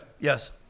yes